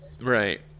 Right